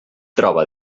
troba